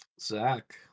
Zach